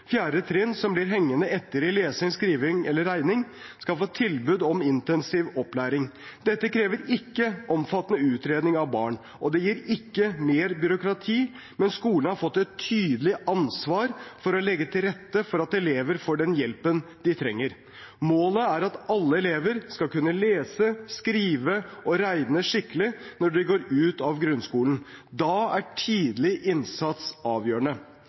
trinn som blir hengende etter i lesing, skriving eller regning, skal få tilbud om intensiv opplæring. Dette krever ikke omfattende utredning av barn, og det gir ikke mer byråkrati, men skolen har fått et tydelig ansvar for å legge til rette for at elever får den hjelpen de trenger. Målet er at alle elever skal kunne lese, skrive og regne skikkelig når de går ut av grunnskolen. Da er tidlig innsats avgjørende.